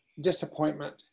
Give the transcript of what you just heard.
disappointment